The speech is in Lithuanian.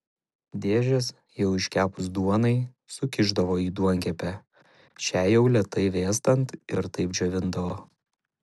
dėžes jau iškepus duonai sukišdavo į duonkepę šiai jau lėtai vėstant ir taip džiovindavo